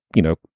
you know,